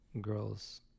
girls